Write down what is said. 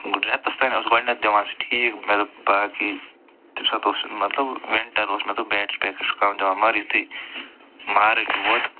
رٮ۪تس اوس گۄڈنٮ۪تھ دِوان سُہ ٹھیٖک مےٚ دوٚپ باقی تمہِ ساتہٕ اوس مطلب وِنٛٹر اوس مےٚ دوٚپ بٮ۪ٹری بیکپ چھُ کَم دِوان مگر یُتھٕے مارٕچ ووت